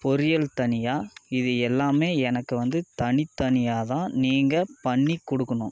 பொரியல் தனியாக இது எல்லாமே எனக்கு வந்து தனித்தனியாகதான் நீங்கள் பண்ணி கொடுக்குணும்